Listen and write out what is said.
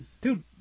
dude